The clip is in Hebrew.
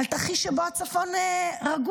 על תרחיש שבו הצפון רגוע.